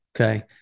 Okay